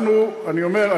אני אומר,